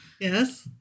Yes